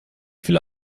viele